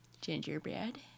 gingerbread